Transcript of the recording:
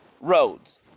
roads